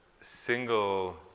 single